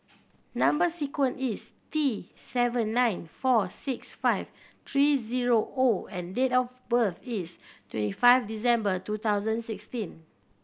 number sequence is T seven nine four six five three zero O and date of birth is twenty five December two thousand sixteen